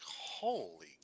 holy